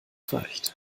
reicht